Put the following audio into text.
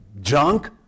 junk